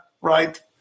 right